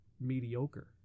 mediocre